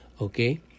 Okay